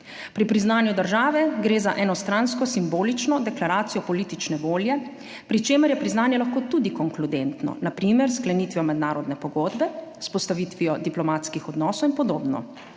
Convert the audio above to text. Pri priznanju države gre za enostransko simbolično deklaracijo politične volje, pri čemer je priznanje lahko tudi konkludentno, na primer s sklenitvijo mednarodne pogodbe, z vzpostavitvijo diplomatskih odnosov in podobno.